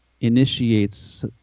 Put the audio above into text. initiates